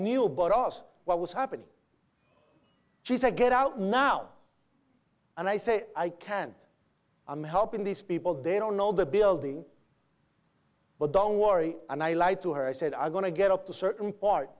badass what was happening she said get out now and i say i can't i'm helping these people they don't know the building but don't worry and i lied to her i said i'm going to get up to certain part